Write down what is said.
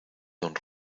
don